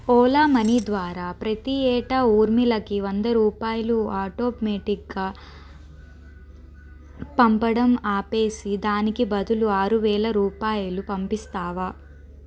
Ola Money ద్వారా ప్రతి ఏటా ఊర్మిళకి వంద రూపాయలు ఆటోమేటిగ్గా పంపడం ఆపేసి దానికి బదులు ఆరువేలు రూపాయల పంపిస్తావా